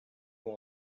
vous